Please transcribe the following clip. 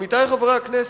עמיתי חברי הכנסת,